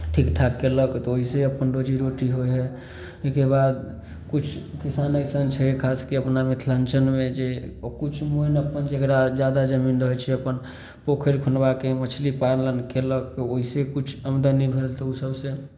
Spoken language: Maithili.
ठीकठाक केलक तऽ ओहिसऽ अपन रोजीरोटी होइ हइ ओहिके बाद किछु किसान अइसन छै खासके अपना मिथिलाञ्चलमे जे किछु जेकरा ज्यादा जमीन रहै छै अपन पोखरि खुनबाके मछली पालन केलक ओहिसऽ किछु आमदनी भेल तऽ ओ सब से